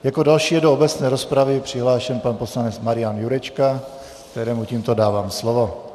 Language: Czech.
Jako další je do obecné rozpravy přihlášen pan poslanec Marian Jurečka, kterému tímto dávám slovo.